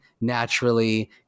naturally